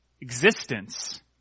existence